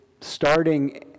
starting